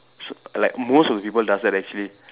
so like most of the people does that actually